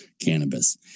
cannabis